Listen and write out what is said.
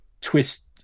twist